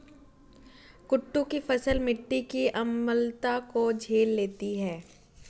कुट्टू की फसल मिट्टी की अम्लता को झेल लेती है